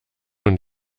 und